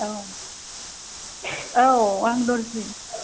औ औ आं दर्जि